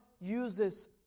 uses